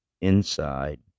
inside